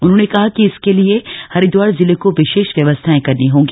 उन्होंने कहा कि इसके लिए हरिदवार जिले को विशेष व्यवस्थाएं करनी होंगी